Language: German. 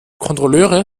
kontrolleure